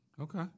Okay